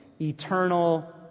eternal